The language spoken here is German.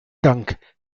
dank